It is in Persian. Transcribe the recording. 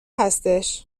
هستش